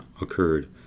occurred